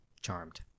charmed